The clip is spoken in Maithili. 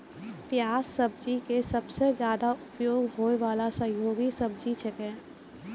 प्याज सब्जी के सबसॅ ज्यादा उपयोग होय वाला सहयोगी सब्जी छेकै